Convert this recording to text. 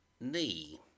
knee